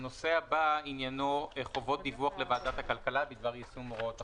הנושא הבא עניינו: חובות דיווח לוועדת הכלכלה בדבר יישום הוראות החוק.